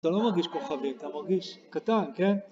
אתה לא מרגיש כוכבי, אתה מרגיש קטן, כן?